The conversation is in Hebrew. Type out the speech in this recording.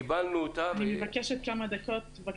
אני מבקשת כמה דקות.